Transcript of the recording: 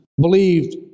believed